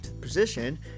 position